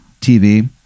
TV